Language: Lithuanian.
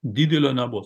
didelio nebus